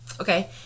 Okay